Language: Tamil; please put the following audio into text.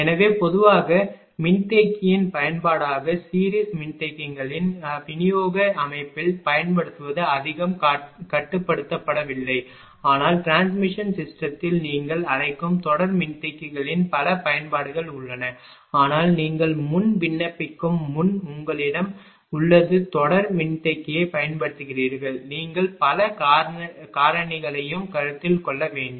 எனவே பொதுவாக மின்தேக்கியின் பயன்பாடாக சீரிஸ் மின்தேக்கிகளின் விநியோக அமைப்பில் பயன்படுத்துவது அதிகம் கட்டுப்படுத்தப்படவில்லை ஆனால் டிரான்ஸ்மிஷன் சிஸ்டத்தில் நீங்கள் அழைக்கும் தொடர் மின்தேக்கிகளின் பல பயன்பாடுகள் உள்ளன ஆனால் நீங்கள் முன் விண்ணப்பிக்கும் முன் உங்களிடம் உள்ளது தொடர் மின்தேக்கியைப் பயன்படுத்துகிறீர்கள் நீங்கள் பல காரணிகளையும் கருத்தில் கொள்ள வேண்டும்